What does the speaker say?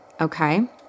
Okay